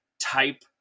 type